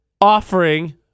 offering